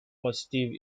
positive